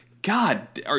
God